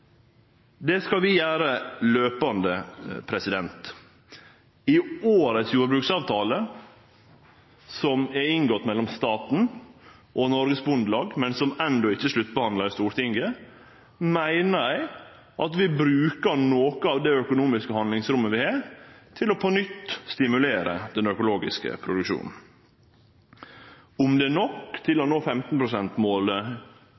Det skal vi gjere fortløpande. I årets jordbruksavtale som er inngått mellom staten og Norges Bondelag, men som endå ikkje er sluttbehandla i Stortinget, meiner eg at vi brukar noko av det økonomiske handlingsrommet vi har, til på nytt å stimulere den økologiske produksjonen. At det ikkje er nok til